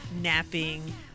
napping